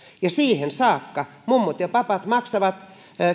siihen saakka mummot ja papat maksavat